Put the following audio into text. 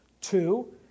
Two